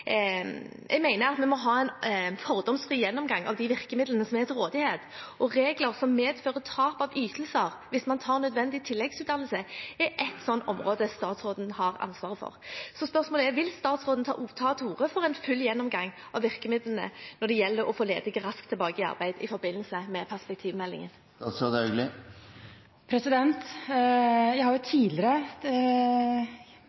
Jeg mener at vi må ha en fordomsfri gjennomgang av de virkemidlene som er til rådighet. Regler som medfører tap av ytelser hvis man tar nødvendig tilleggsutdannelse, er ett slikt område statsråden har ansvaret for. Så spørsmålet er: Vil statsråden – i forbindelse med perspektivmeldingen – ta til orde for en full gjennomgang av virkemidlene når det gjelder å få ledige raskt tilbake i arbeid? Jeg har tidligere, med